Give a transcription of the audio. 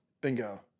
Bingo